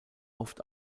oft